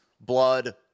blood